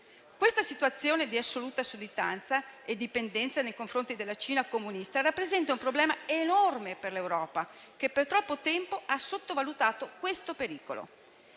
Questa situazione di assoluta sudditanza e dipendenza nei confronti della Cina comunista rappresenta un problema enorme per l'Europa, che per troppo tempo ha sottovalutato detto pericolo.